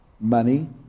Money